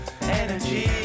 Energy